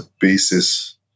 basis